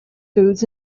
foods